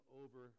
over